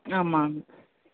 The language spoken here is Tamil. ஆமாங்க